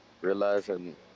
Realizing